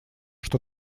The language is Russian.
что